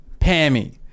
Pammy